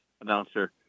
announcer